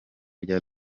rya